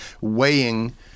weighing